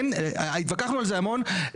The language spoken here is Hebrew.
התווכחנו על זה המון,